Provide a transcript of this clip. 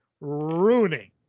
ruining